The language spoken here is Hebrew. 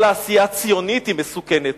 כל העשייה הציונית היא מסוכנת.